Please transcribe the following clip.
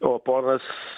o ponas